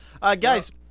Guys